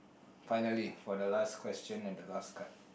finally for the last question and the last card